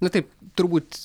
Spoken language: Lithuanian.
na taip turbūt